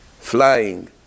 flying